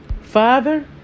father